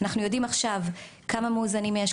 אנחנו יודעים עכשיו כמה מאוזנים יש,